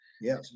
Yes